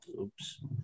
oops